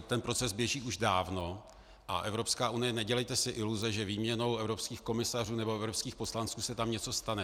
Ten proces běží už dávno a Evropská unie, nedělejte si iluze, že výměnou evropských komisařů nebo evropských poslanců se tam něco stane.